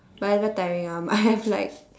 but it's very tiring ah but I have like